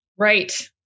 Right